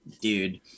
dude